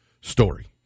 story